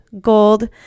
gold